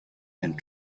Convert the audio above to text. and